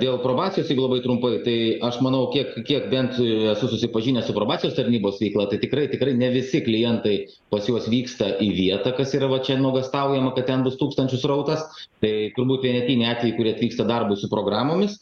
dėl probacijos jeigu labai trumpai tai aš manau kiek kiek bent esu susipažinęs su probacijos tarnybos veikla tai tikrai tikrai ne visi klientai pas juos vyksta į vietą kas yra va čia nuogąstaujama kad ten bus tūkstančių srautas tai turbūt vienetiniai atvejai kurie atvyksta darbui su programomis